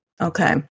Okay